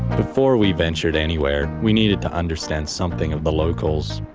before we ventured anywhere, we needed to understand something of the locals.